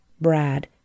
Brad